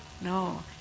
No